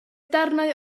darnau